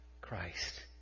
Christ